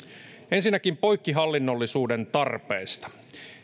ensinnäkin poikkihallinnollisuuden tarpeista